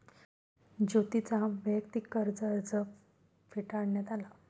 ज्योतीचा वैयक्तिक कर्ज अर्ज फेटाळण्यात आला